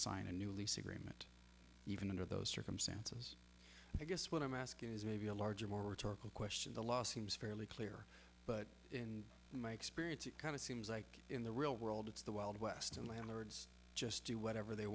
sign a new lease agreement even under those circumstances i guess what i'm asking is maybe a larger more rhetorical question the law seems fairly clear but in my experience it kind of seems like in the real world it's the wild west and landlords just do whatever they